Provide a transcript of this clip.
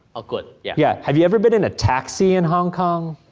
ah good, yeah. yeah, have you ever been in a taxi in hong kong?